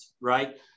right